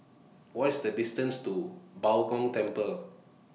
What IS The distance to Bao Gong Temple